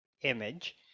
image